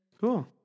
cool